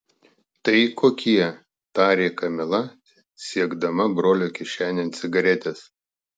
tai kokie tarė kamila siekdama brolio kišenėn cigaretės